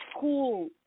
cool